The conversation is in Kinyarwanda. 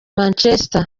manchester